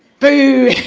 boo!